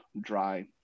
dry